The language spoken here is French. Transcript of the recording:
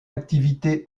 activité